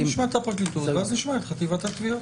נשמע את הפרקליטות ואז נשמע את חטיבת התביעות.